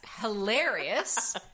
hilarious